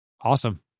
Awesome